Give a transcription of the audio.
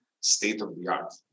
state-of-the-art